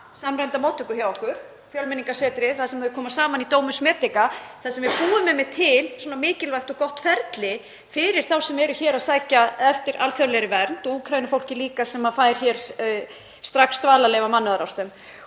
samræmda móttöku hjá okkur, Fjölmenningarsetrið, þar sem þau koma saman í Domus Medica þar sem við búum einmitt til svona mikilvægt og gott ferli fyrir þá sem eru hér að sækjast eftir alþjóðlegri vernd og Úkraínufólkið líka sem fær hér strax dvalarleyfi af mannúðarástæðum.